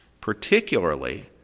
particularly